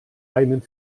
einen